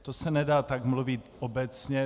To se nedá tak mluvit obecně.